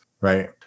Right